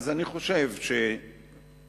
אז אני חושב שנאמנים,